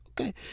okay